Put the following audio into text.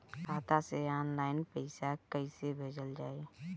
खाता से ऑनलाइन पैसा कईसे भेजल जाई?